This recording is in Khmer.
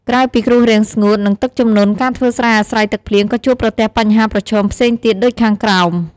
ក្រៅពីគ្រោះរាំងស្ងួត និងទឹកជំនន់ ការធ្វើស្រែអាស្រ័យទឹកភ្លៀងក៏ជួបប្រទះបញ្ហាប្រឈមផ្សេងទៀតដូចខាងក្រោម។